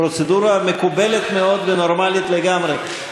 זו פרוצדורה מקובלת מאוד ונורמלית לגמרי.